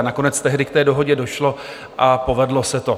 A nakonec tehdy k té dohodě došlo a povedlo se to.